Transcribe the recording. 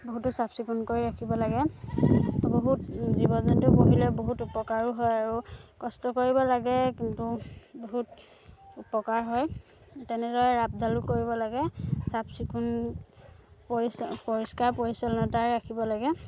বহুতো চাফ চিকুণ কৰি ৰাখিব লাগে বহুত জীৱ জন্তু পুহিলে বহুত উপকাৰো হয় আৰু কষ্ট কৰিব লাগে কিন্তু বহুত উপকাৰ হয় তেনেদৰে আপদালো কৰিব লাগে চাফ চিকুণ পৰিচাল পৰিষ্কাৰ পৰিচ্ছন্নতাই ৰাখিব লাগে